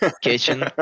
kitchen